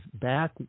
back